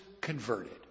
converted